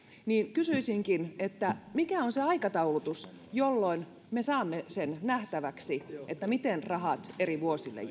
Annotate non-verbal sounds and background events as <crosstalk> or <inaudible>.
kysyisinkin mikä on se aikataulutus että me saamme sen nähtäväksi miten rahat eri vuosille <unintelligible>